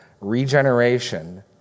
regeneration